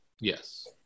Yes